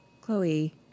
Chloe